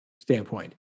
standpoint